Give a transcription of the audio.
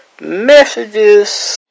messages